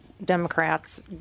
Democrats